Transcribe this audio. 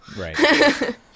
right